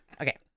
Okay